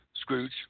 Scrooge